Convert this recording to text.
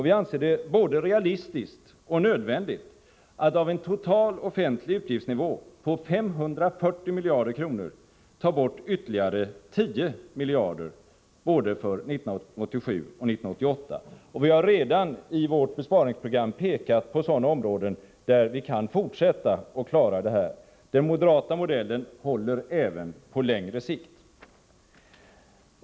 Vi anser det både realistiskt och nödvändigt att av en total offentlig utgiftssumma på 540 miljarder kronor ta bort ytterligare 10 miljarder, för både 1987 och 1988. Vi har redan, i vårt besparingsprogram, pekat på områden där vi kan fortsätta med besparingar för att klara av att nå vårt mål. Den moderata modellen håller även på längre sikt.